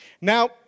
Now